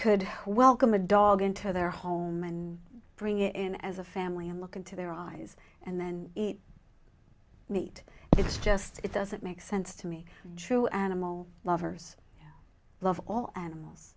could welcome a dog into their home and bring it in as a family and look into their eyes and then eat it it's just it doesn't make sense to me true animal lovers love all animals